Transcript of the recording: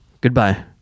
Goodbye